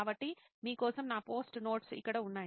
కాబట్టి మీ కోసం నా పోస్ట్ నోట్స్ ఇక్కడ ఉన్నాయి